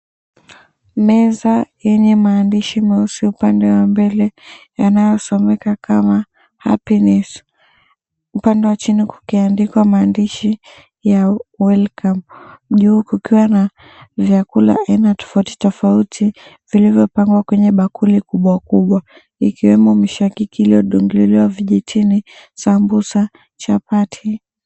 Meza yenye maandishi meusi upande wa mbele yanayosomeka kama Happiness upande wa chini kukiandikwa maandishi ya, Welcome, juu kukiwa na vyakula aina tofauti tofauti vilivyopangwa kwenye bakuli kubwa kubwa ikiwemo mishakiki iliyodungiliwa vijitini, sambusa, chapati.